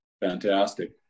Fantastic